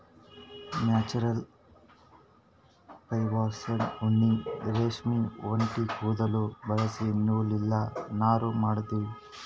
natural ಫೈಬರ್ಸ್ದಾಗ್ ಉಣ್ಣಿ ರೇಷ್ಮಿ ಒಂಟಿ ಕುದುಲ್ ಬಳಸಿ ನೂಲ್ ಇಲ್ಲ ನಾರ್ ಮಾಡ್ತೀವಿ